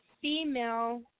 female